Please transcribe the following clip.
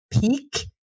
peak